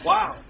Wow